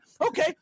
Okay